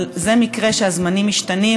אבל זה מקרה שהזמנים משתנים,